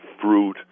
fruit